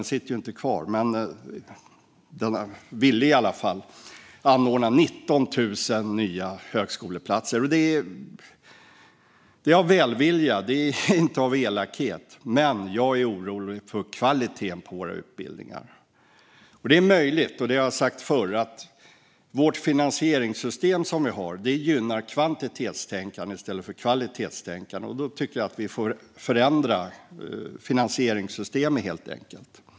Nu sitter den ju inte kvar, men det var i alla fall dess vilja. Det är av välvilja, inte av elakhet, men jag är orolig för kvaliteten på våra utbildningar. Det är, som jag har sagt förr, möjligt att vårt finansieringssystem gynnar kvantitetstänkande i stället för kvalitetstänkande. Jag tycker att vi helt enkelt får förändra finansieringssystemet.